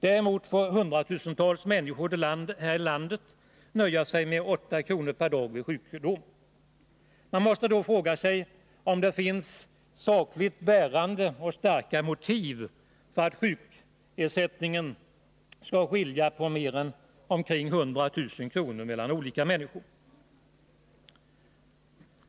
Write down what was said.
Däremot får hundratusentals människor här i landet nöja sig med 8 kr. per dag vid sjukdom. Man måste då fråga sig om det finns några sakligt bärande och starka motiv för att det skall finnas en skillnad i sjukersättningen mellan olika människor på omkring 100 000 kr.